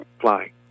Flying